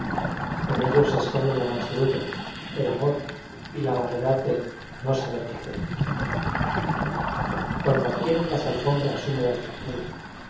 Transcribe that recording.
en ellos se escon den la mansedumbre el amor y la vague dad del no saber qué hacer cuando adquieren las alfombras húme das del musgo